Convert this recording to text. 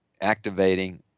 activating